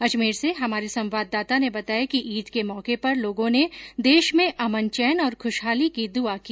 अजमेर से हमारे संवाददाता ने बताया कि ईद के मौके पर लोगों ने देश में अमन चैन और खुशहाली की दुआ की